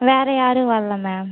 வேறு யாரும் வரல மேம்